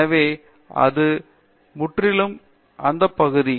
எனவே இது முற்றிலும் பரந்த பகுதி